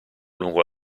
lungo